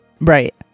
Right